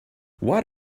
what